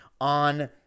on